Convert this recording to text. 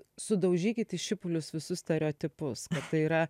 sudaužykit į šipulius visus stereotipus kad tai yra